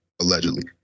allegedly